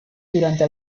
durante